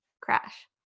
crash